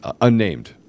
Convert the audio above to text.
unnamed